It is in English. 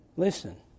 Listen